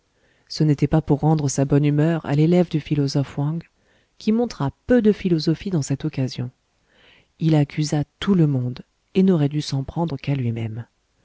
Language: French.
ce n'était pas pour rendre sa bonne humeur à l'élève du philosophe wang qui montra peu de philosophie dans cette occasion il accusa tout le monde et n'aurait dû s'en prendre qu'à lui-même